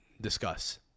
Discuss